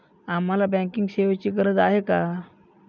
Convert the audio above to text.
आम्हाला बँकिंग सेवेची गरज का आहे?